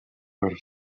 för